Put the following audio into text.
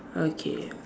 okay